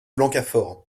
blancafort